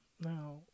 now